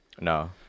No